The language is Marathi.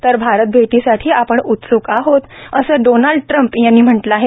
तर भारत भेटीसाठी आपण उत्सुक आहोत असं डोनाल्ड ट्रम्प यांनी म्हटलं आहे